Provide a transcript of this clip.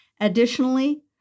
Additionally